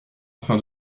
afin